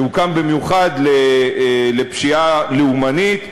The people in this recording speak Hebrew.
שהוקם במיוחד לפשיעה לאומנית,